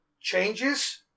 changes